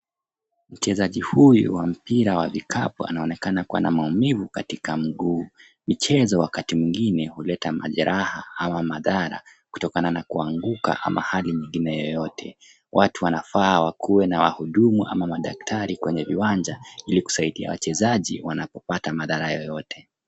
Mchezaji huyu wa mpira wa vikapu anaonekana kuwa na maumivu katika mguu . Michezo wakati mwingine huleta majeraha ama madhara kutokana na kuanguka ama hali nyingine yoyote. Watu wanafaa wakue na wahudumu ama madaktari kwenye viwanja ili kusaidia wachezaji wanapopata madhara yoyote.